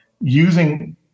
using